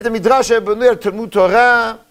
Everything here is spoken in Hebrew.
את המדרש הבנוי על תלמוד תורה